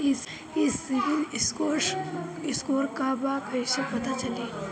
ई CIBIL score का बा कइसे पता चली?